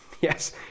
yes